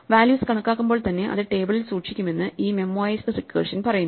values കണക്കാക്കുമ്പോൾ തന്നെ അത് ടേബിളിൽ സൂക്ഷിക്കുമെന്ന് ഈ മെമ്മോഐസ്ഡ് റിക്കർഷൻ പറയുന്നു